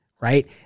Right